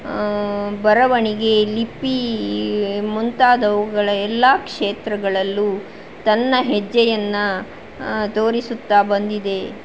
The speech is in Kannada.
ಬರವಣಿಗೆ ಲಿಪಿ ಮುಂತಾದವುಗಳು ಎಲ್ಲ ಕ್ಷೇತ್ರಗಳಲ್ಲೂ ತನ್ನ ಹೆಜ್ಜೆಯನ್ನು ತೋರಿಸುತ್ತಾ ಬಂದಿದೆ